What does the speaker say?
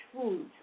foods